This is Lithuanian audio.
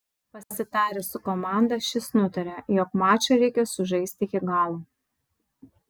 pasitaręs su komanda šis nutarė jog mačą reikia sužaisti iki galo